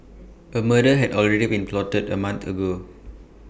A murder had already been plotted A month ago